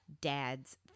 dad's